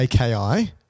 AKI